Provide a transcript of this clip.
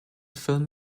film